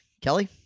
Kelly